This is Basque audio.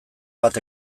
bat